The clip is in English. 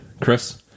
chris